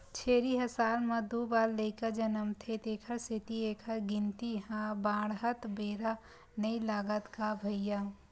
छेरी ह साल म दू बार लइका जनमथे तेखर सेती एखर गिनती ह बाड़हत बेरा नइ लागय गा भइया